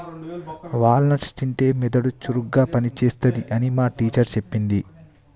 wall nuts తింటే మెదడు చురుకుగా పని చేస్తది అని మా టీచర్ చెప్పింది